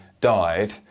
died